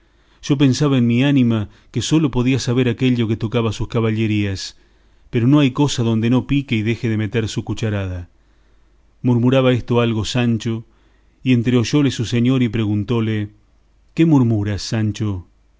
yo pensaba en mi ánima que sólo podía saber aquello que tocaba a sus caballerías pero no hay cosa donde no pique y deje de meter su cucharada murmuraba esto algo sancho y entreoyóle su señor y preguntóle qué murmuras sancho